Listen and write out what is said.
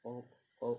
oh oh